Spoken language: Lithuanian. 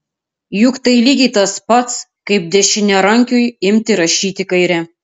juk tai lygiai tas pats kaip dešiniarankiui imti rašyti kaire